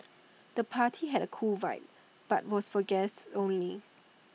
the party had cool vibe but was for guests only